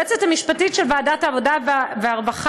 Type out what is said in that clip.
ליועצת המשפטית של ועדת העבודה והרווחה,